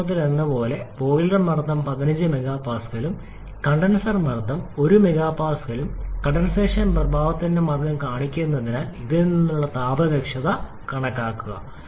ഈ പ്രശ്നത്തിലെന്നപോലെ ബോയിലർ മർദ്ദം 15 MPa ഉം കണ്ടൻസർ മർദ്ദം 1 kPa ഉം കണ്ടൻസേഷൻ മർദ്ദത്തിന്റെ പ്രഭാവം കാണുന്നതിന് ഇതിൽ നിന്നുള്ള താപ ദക്ഷത കണക്കാക്കുക